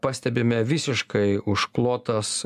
pastebime visiškai užklotas